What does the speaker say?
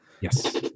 Yes